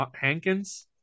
Hankins